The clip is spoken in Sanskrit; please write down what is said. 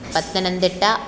पत्तनन्दिट्टा